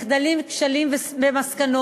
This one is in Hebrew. מחדלים, כשלים ומסקנות,